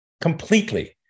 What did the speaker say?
completely